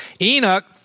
Enoch